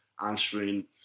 answering